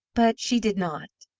but she did not.